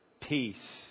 peace